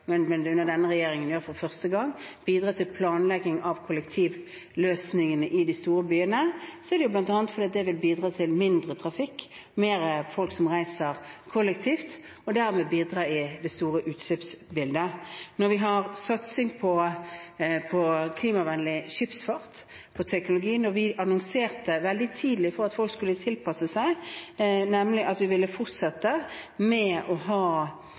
men under denne regjeringen gjør for første gang, bidra til planlegging av kollektivløsningene i de store byene, er det bl.a. fordi det vil bidra til mindre trafikk og mer folk som reiser kollektivt, og dermed bidra i det store utslippsbildet. Når vi har satsing på klimavennlig skipsfart, på teknologi, når vi annonserte veldig tidlig, for at folk skulle tilpasse seg, nemlig at vi ville sørge for at vi har særlige muligheter til å